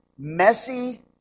Messy